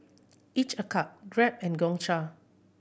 Each a Cup Grab and Gongcha